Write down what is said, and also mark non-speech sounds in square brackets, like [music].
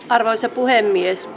[unintelligible] arvoisa puhemies [unintelligible]